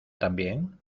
también